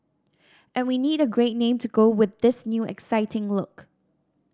and we need a great name to go with this new exciting look